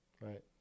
Right